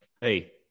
hey